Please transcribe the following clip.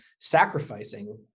sacrificing